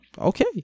Okay